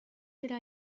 should